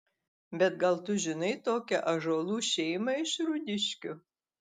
bet gal tu žinai tokią ąžuolų šeimą iš rūdiškių